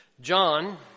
John